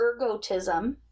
Ergotism